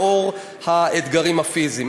לאור האתגרים הפיזיים,